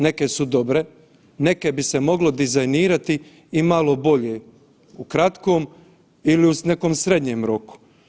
Neke su dobre, neke bi se moglo dizajnirati i malo bolje u kratkom ili u nekom srednjem roku.